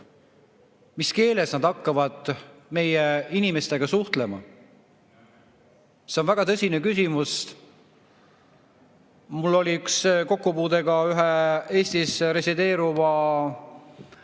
Mis keeles nad hakkavad meie inimestega suhtlema? See on väga tõsine küsimus. Mul oli kokkupuude ka ühe Eestis resideeruva